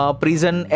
prison